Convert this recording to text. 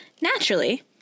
naturally